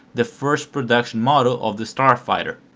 the first production model of the starfighter.